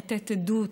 לתת עדות,